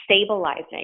stabilizing